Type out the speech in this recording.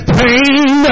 pain